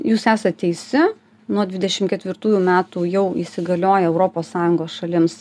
jūs esat teisi nuo dvidešim ketvirtųjų metų jau įsigalioja europos sąjungos šalims